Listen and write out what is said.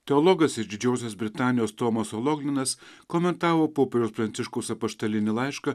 teologas iš didžiosios britanijos tomas ologlinas komentavo popiežiaus pranciškaus apaštalinį laišką